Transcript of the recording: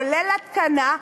כולל התקנה,